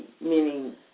meaning